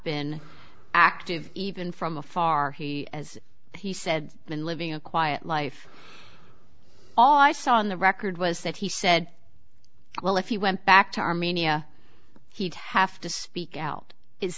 been active even from afar he as he said been living a quiet life all i saw on the record was that he said well if you went back to armenia he'd have to speak out is